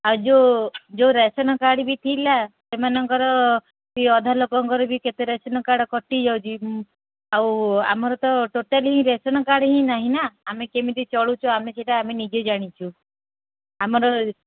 ଆଉ ଯେଉଁ ଯେଉଁ ରାଶନ କାର୍ଡ଼୍ ବି ଥିଲା ସେମାନଙ୍କର ବି ଅଧା ଲୋକଙ୍କର ବି କେତେ ରାଶନ କାର୍ଡ଼୍ ବି କଟି ଯାଉଛି ଆଉ ଆମର ତ ଟୋଟାଲି ହିଁ ରାଶନ କାର୍ଡ଼୍ ହିଁ ନାହିଁ ନା ଆମେ କେମିତି ଚଳୁଛୁ ଆମେ ସେଇଟା ଆମେ ନିଜେ ଜାଣିଛୁ ଆମର